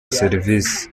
serivisi